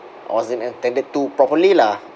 I wasn't attended to properly lah